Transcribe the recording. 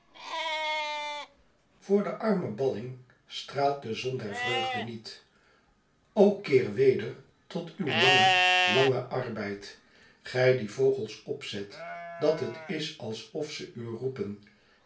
voor den armen balling straalt de zon der vreugde niet o keer weder tot uw langen langen arbeid gij die vogels opzet dat het is alsof ze u roepen